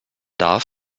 darf